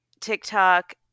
TikTok